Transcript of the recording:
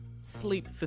sleep